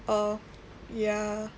err ya